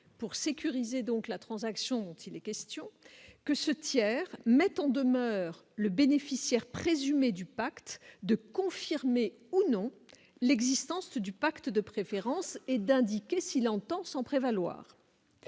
pour sécuriser donc la transaction dont il est question que ce tiers met en demeure le bénéficiaire présumé du pacte de confirmer ou non l'existence du pacte de préférence et d'indiquer s'il entend s'en prévaloir,